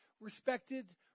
respected